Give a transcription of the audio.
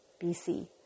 BC